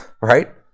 right